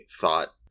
thought